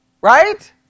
Right